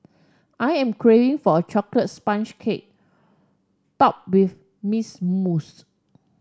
I am craving for a chocolate sponge cake topped with miss